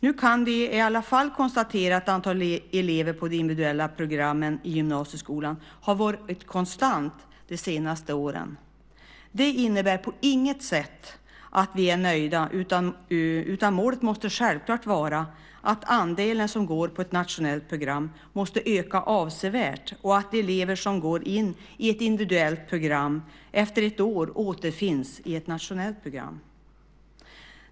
Nu kan vi i alla fall konstatera att antalet elever på de individuella programmen i gymnasieskolan har varit konstant de senaste åren. Det innebär på inget sätt att vi är nöjda. Målet måste självklart vara att andelen som går på ett nationellt program ska öka avsevärt och att de elever som går in i ett individuellt program efter ett år återfinns i ett nationellt program.